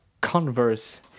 Converse